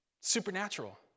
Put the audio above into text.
supernatural